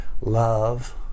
love